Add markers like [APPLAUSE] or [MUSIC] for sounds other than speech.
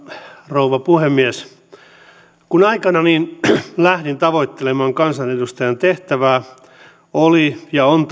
rouva puhemies kun aikoinani lähdin tavoittelemaan kansanedustajan tehtävää tavoitteeni oli ja yhä on [UNINTELLIGIBLE]